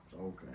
Okay